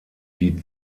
die